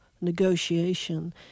negotiation